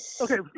Okay